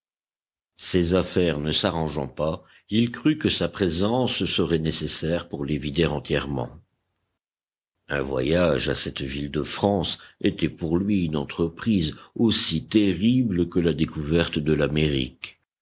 ses affaires ne s'arrangeant pas il crut que sa présence serait nécessaire pour les vider entièrement un voyage à était pour lui une entreprise aussi terrible que la découverte de l'amérique